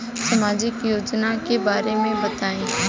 सामाजिक योजना के बारे में बताईं?